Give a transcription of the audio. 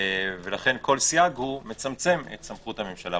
ולכן כל סייג הוא מצמצם את סמכות הממשלה.